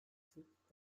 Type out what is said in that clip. sık